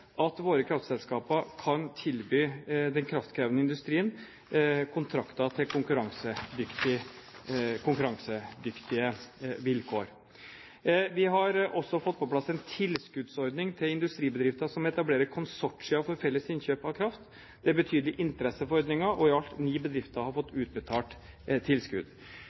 at våre kraftselskaper kan tilby den kraftkrevende industrien kontrakter til konkurransedyktige vilkår. Vi har også fått på plass en tilskuddsordning til industribedrifter som etablerer konsortier for felles innkjøp av kraft. Det er betydelig interesse for denne ordningen, og i alt ni bedrifter har fått utbetalt tilskudd.